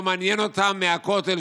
לא מעניין אותם הכותל,